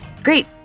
Great